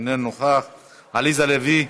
איננו נוכח, עליזה לביא.